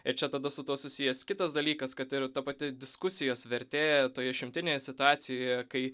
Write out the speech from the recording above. ir čia tada su tuo susijęs kitas dalykas kad ir ta pati diskusijos vertė toje išimtinėje situacijoje kai